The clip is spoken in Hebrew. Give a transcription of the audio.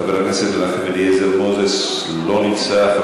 חבר הכנסת מנחם אליעזר מוזס, לא נמצא.